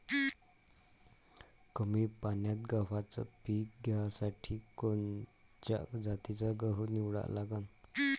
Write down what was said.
कमी पान्यात गव्हाचं पीक घ्यासाठी कोनच्या जातीचा गहू निवडा लागन?